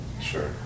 sure